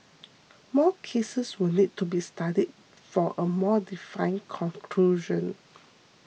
more cases will need to be studied for a more definite conclusion